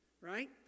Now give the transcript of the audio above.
right